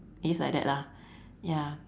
it's like that lah ya